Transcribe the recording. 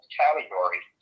category